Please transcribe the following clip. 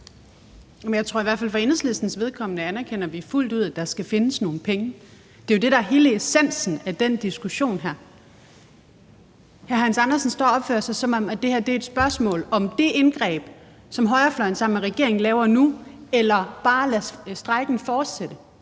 Skipper (EL): I hvert fald for Enhedslistens vedkommende anerkender vi fuldt ud, at der skal findes nogle penge. Det er jo det, der er hele essensen af den diskussion her. Hr. Hans Andersen står og opfører sig, som om det her er et spørgsmål om at lave det indgreb, som højrefløjen sammen med regeringen laver nu, eller at man bare lader strejken fortsætte.